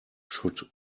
should